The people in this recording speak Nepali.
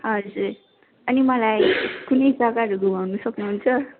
हजुर अनि मलाई कुनै जगाहरू घुमाउनु सक्नु हुन्छ